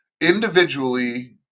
individually